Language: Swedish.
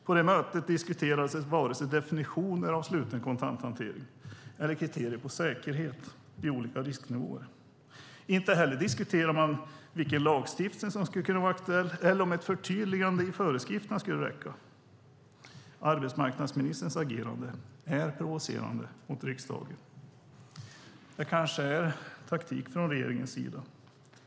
På det mötet diskuterades varken definitioner av sluten kontanthantering eller kriterier för säkerhet vid olika risknivåer. Inte heller diskuterade man vilken lagstiftning som skulle kunna vara aktuell eller om ett förtydligande i föreskrifterna skulle räcka. Arbetsmarknadsministerns agerande är provocerande mot riksdagen. Det kanske är taktik från regeringens sida.